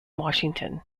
washington